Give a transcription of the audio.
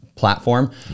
Platform